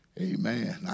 Amen